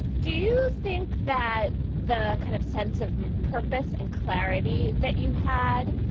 do you think that the kind of sense of purpose and clarity that you had,